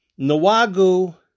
Nawagu